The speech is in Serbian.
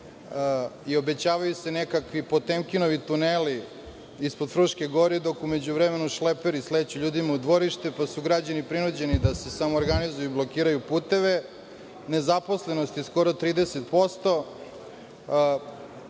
i obećavaju se nekakvi Potemkinovi tuneli ispod Fruške gore dok u međuvremenu šleperi sleću ljudima u dvorište pa su građani prinuđeni da se samoorganizuju i blokiraju puteve. Nezaposlenost je skoro 30%.